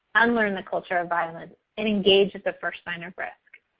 unlearn the culture of violence, and engage at the first sign of risk.